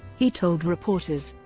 he told reporters.